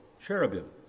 cherubim